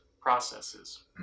processes